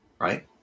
right